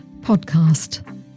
podcast